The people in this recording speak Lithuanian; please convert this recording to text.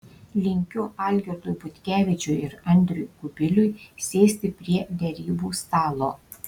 linkiu algirdui butkevičiui ir andriui kubiliui sėsti prie derybų stalo